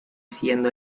siendo